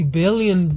billion